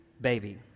baby